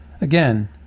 again